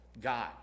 God